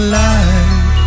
life